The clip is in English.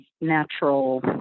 natural